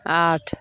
आठ